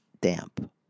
damp